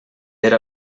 era